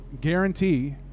guarantee